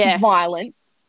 violence